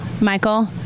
Michael